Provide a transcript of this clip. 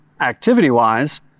activity-wise